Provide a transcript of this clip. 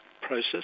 process